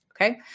Okay